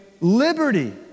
liberty